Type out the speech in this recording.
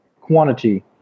Quantity